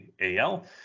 AL